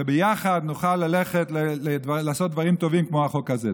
וביחד נוכל לעשות דברים טובים כמו החוק הזה.